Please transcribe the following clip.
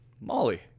Molly